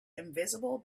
invisible